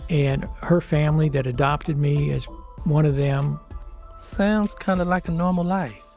and her family that adopted me as one of them sounds kind of like a normal life.